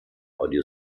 audio